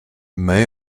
may